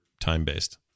time-based